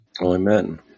Amen